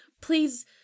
please